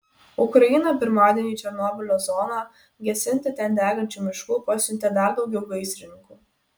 ukraina pirmadienį į černobylio zoną gesinti ten degančių miškų pasiuntė dar daugiau gaisrininkų